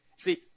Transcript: See